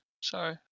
Sorry